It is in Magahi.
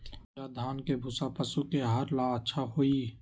या धान के भूसा पशु के आहार ला अच्छा होई?